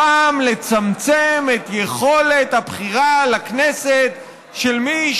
הפעם לצמצם את יכולת הבחירה לכנסת של מי